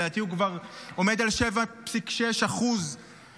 לדעתי הוא כבר עומד על 7.6% גירעון,